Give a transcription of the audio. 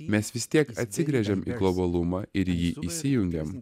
mes vis tiek atsigręžiam į globalumą ir į jį įsijungiam